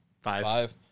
five